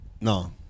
no